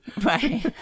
Right